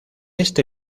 este